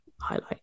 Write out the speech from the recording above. highlight